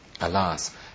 Alas